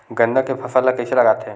गन्ना के फसल ल कइसे लगाथे?